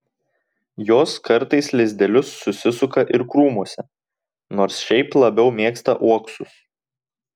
jos kartais lizdelius susisuka ir krūmuose nors šiaip labiau mėgsta uoksus